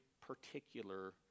particular